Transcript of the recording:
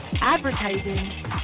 advertising